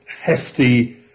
hefty